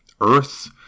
Earth